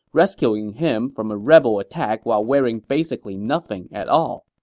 rescuing him from a rebel attack while wearing basically nothing at all.